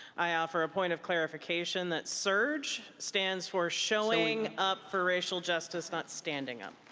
i offer a point of clarification that surge stands for showing up for racial justice, not standing up.